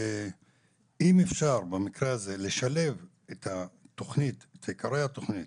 אם אפשר במקרה הזה לשלב את עיקרי התוכנית